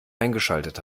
eingeschaltet